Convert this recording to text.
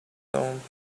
dont